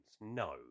No